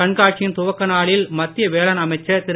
கண்காட்சியின் துவக்க விழாவில் மத்திய வேளாண் அமைச்சர் திரு